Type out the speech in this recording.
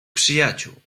przyjaciół